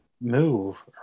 move